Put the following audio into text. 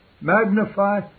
magnify